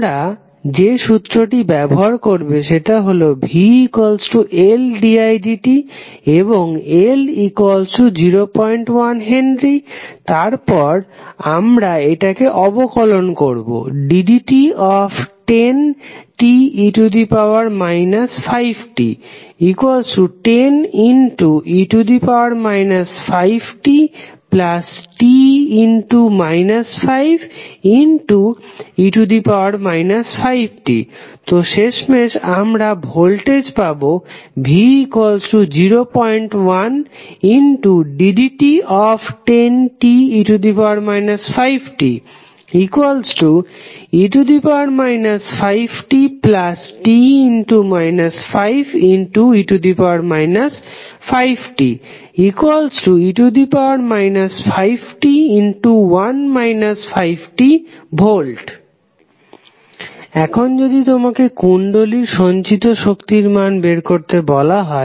আমরা যে সূত্রটি ব্যবহার করবো সেটা হলো vLdidt and L01 H তারপর আমরা একটাকে অবকলন করবো ddt10te 5t10e 5tte 5t তো শেষমেশ আমরা ভোল্টেজ পাবো v01ddt10te 5te 5tt 5e 5t e 5tV এখন যদি তোমাকে কুণ্ডলীর সঞ্চিত শক্তির মান বের করতে বলা হয়